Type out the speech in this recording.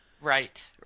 Right